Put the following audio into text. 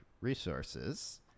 resources